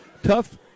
Tough